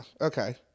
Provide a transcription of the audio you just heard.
Okay